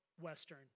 Western